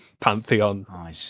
pantheon